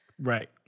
Right